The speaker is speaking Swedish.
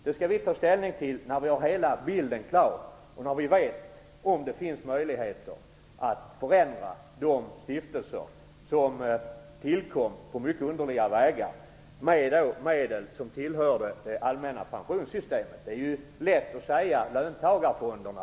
Det skall vi ta ställning till när vi har fått hela bilden klar och vi vet om det finns möjligheter att förändra de stiftelser som tillkom på mycket underliga vägar med medel som tillhör det allmänna pensionssystemet. Det är lätt att här tala om löntagarfonderna.